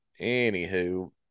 Anywho